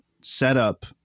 setup